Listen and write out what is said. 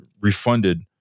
refunded